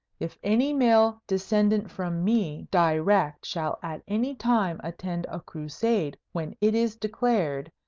if any male descendant from me direct shall at any time attend a crusade when it is declared,